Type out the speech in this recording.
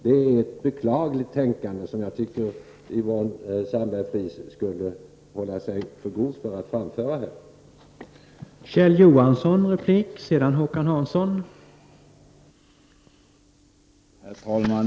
Det är ett beklagligt tänkande, som jag tycker att Yvonne Sandberg-Fries skulle hålla sig för god för att ge uttryck för här.